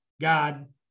God